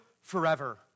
forever